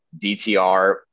DTR